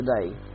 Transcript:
today